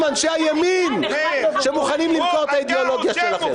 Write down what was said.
אנשי הימין, שמוכנים למכור את האידאולוגיה שלכם.